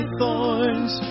thorns